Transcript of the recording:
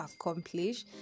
accomplish